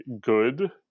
good